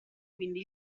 quindi